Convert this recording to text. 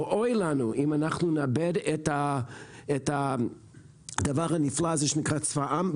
ואוי לנו אם אנחנו נאבד את הדבר הנפלא הזה שנקרא צבא העם.